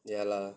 ya lah